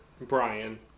Brian